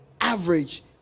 average